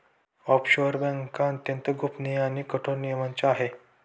offshore बँका अत्यंत गोपनीय आणि कठोर नियमांच्या आहे